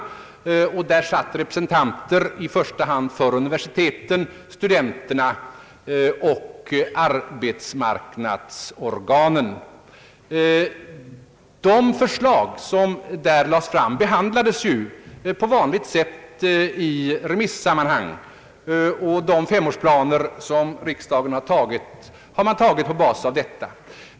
Där satt som ledamöter och experter representanter i första hand för universiteten, studenterna och arbetsmarknadsorganen. Det förslag som lades fram remissbehandlades på vanligt sätt. De femårsplaner som riksdagen har tagit var baserade på detta.